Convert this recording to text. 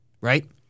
right